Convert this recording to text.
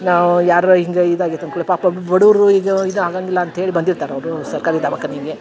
ನಾವು ಯಾರರ ಹಿಂಗೆ ಇದಾಗ್ಯೈತ ಅನ್ಕೊಳೆ ಪಾಪ ಬಡುವರು ಈಗ ಇದು ಆಗಂಗಿಲ್ಲ ಅಂತ ಹೇಳಿ ಬಂದಿರ್ತಾರೆ ಅವರು ಸರ್ಕಾರಿ ದವಖಾನಿಗೆ